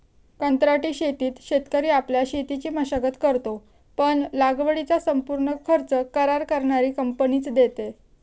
कंत्राटी शेतीत शेतकरी आपल्या शेतीची मशागत करतो, पण लागवडीचा संपूर्ण खर्च करार करणारी कंपनीच देते